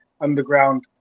underground